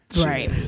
Right